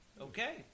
Okay